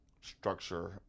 structure